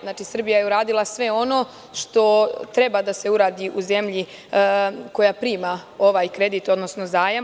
Znači, Srbija je uradila sve ono što treba da se uradi u zemlji koja prima ovaj kredit, odnosno zajam.